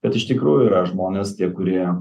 bet iš tikrųjų yra žmonės tie kurie